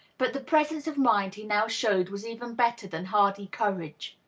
but the presence of mind he now showed was even better than hardy courage.